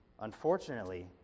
unfortunately